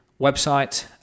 website